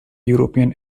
european